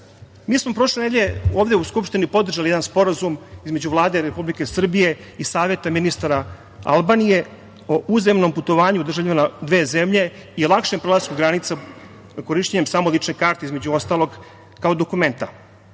smo prošle nedelje ovde u Skupštini podržali jedan Sporazum između Vlade Republike Srbije i Saveta ministara Albanije o uzajamnom putovanju državljana dve zemlje i lakšem prelasku granica korišćenjem samo lične karte, između ostalog kao dokumenta.